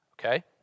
okay